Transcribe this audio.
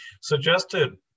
suggested